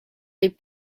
les